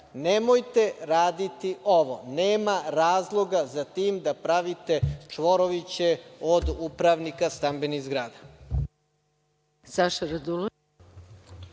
Nemojte raditi ovo. Nema razloga za tim da pravite čvoroviće od upravnika stambenih zgrada.